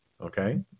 okay